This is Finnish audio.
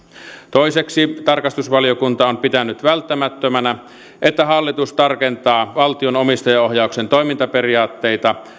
toiseksi tarkastusvaliokunta on pitänyt välttämättömänä että hallitus tarkentaa valtion omistajaohjauksen toimintaperiaatteita